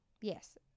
Yes